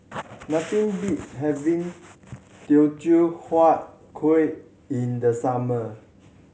nothing beats having Teochew Huat Kueh in the summer